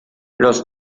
los